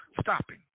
stopping